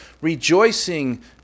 rejoicing